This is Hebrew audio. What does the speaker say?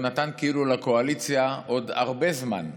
הוא נתן כאילו לקואליציה עוד הרבה זמן.